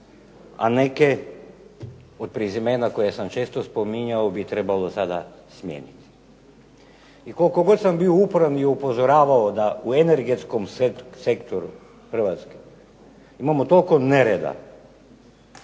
a neke od prezimena koje sam često spominjao bi trebalo sada smijeniti. I koliko god sam bio uporan i upozoravao da u energetskom sektoru Hrvatske imamo toliko nereda,